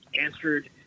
answered